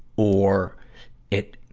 or it,